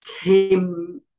came